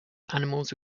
animals